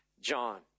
John